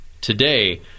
Today